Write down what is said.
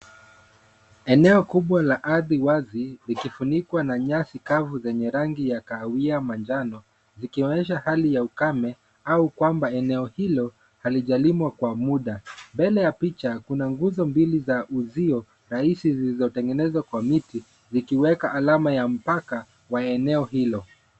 Eneo kubwa la ardhi wazi likifunikwa na nyasi kavu zenye rangi ya kahawia manjano ,likionyesha hali ya ukame au kwamba eneo hilo halijalimwa kwa muda. Mbele ya picha kuna nguzo mbili za uzio rahisi zilizotengenezwa kwa miti ,zikiweka alama ya mpaka kwa eneo hilo.